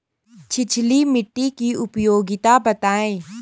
छिछली मिट्टी की उपयोगिता बतायें?